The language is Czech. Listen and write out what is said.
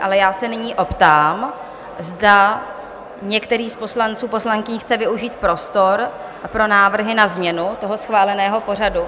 Ale já se nyní optám, zda některý z poslanců, poslankyní chce využít prostor pro návrhy na změnu toho schváleného pořadu?